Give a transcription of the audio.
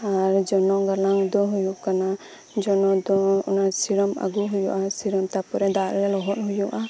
ᱟᱨ ᱡᱚᱱᱚᱜ ᱜᱟᱞᱟᱝ ᱫᱚ ᱦᱩᱭᱩᱜ ᱠᱟᱱᱟ ᱡᱚᱱᱚᱜ ᱫᱚ ᱥᱤᱨᱚᱢ ᱟᱹᱜᱩᱭ ᱦᱩᱭᱩᱜᱼᱟ ᱛᱟᱨᱯᱚᱨᱮ ᱫᱟᱜᱨᱮ ᱞᱚᱦᱚᱫ ᱦᱩᱭᱩᱜᱼᱟ